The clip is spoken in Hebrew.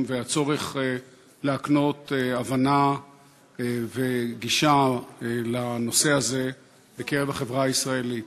והצורך להקנות הבנה וגישה לנושא הזה בחברה הישראלית.